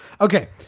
Okay